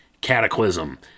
cataclysm